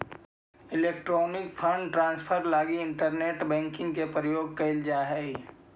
electronic fund transfer लगी internet banking के प्रयोग कैल जा हइ